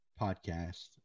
podcast